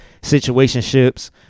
situationships